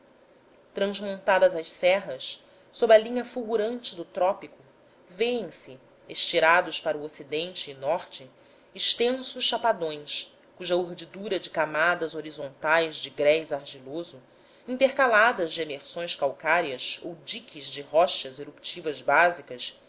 transmontadas as serras sob a linha fulgurante do trópico vêem-se estirados para o ocidente e norte extensos chapadões cuja urdidura de camadas horizontais de grés argiloso intercaladas de emersões calcárias ou diques de rochas eruptivas básicas